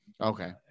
Okay